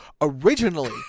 Originally